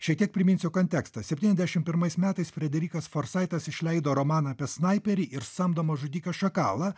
šiek tiek priminsiu kontekstą septyniasdešim pirmais metais frederikas forsaitas išleido romaną apie snaiperį ir samdomą žudiką šakalą